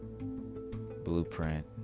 blueprint